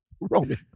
Roman